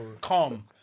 Calm